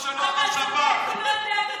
שפעת או קורונה?